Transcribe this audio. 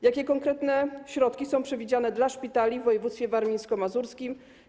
Jakie konkretne środki są przewidziane dla szpitali w województwie warmińsko-mazurskim?